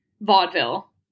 vaudeville